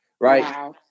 Right